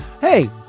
hey